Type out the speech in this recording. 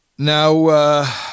Now